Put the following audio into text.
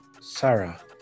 Sarah